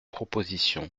proposition